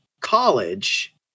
college